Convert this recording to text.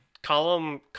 column